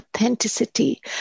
authenticity